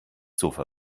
sofa